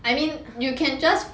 I mean you can just